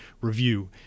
review